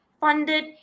funded